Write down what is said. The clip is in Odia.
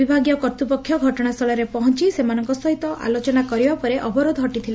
ବିଭାଗୀୟ କର୍ତ୍ତୁପକ୍ଷ ଘଟଶା ସ୍ଚଳରେ ପହଞି ସେମାନଙ୍କ ସହିତ ଆଲୋଚନା କରିବା ପରେ ଅବରୋଧ ହଟିଥିଲା